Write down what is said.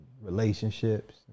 relationships